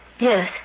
Yes